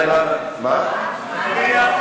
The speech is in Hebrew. השר.